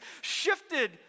shifted